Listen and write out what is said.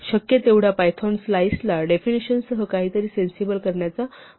शक्य तेव्हड्या पायथॉन स्लाइसला डेफिनिशन सह काहीतरी सेन्सिबल करण्याचा प्रयत्न केला जातो